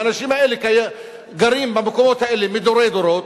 האנשים האלה גרים במקומות האלה מדורי דורות,